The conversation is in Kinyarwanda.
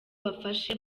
bafashe